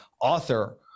author